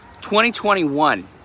2021